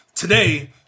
Today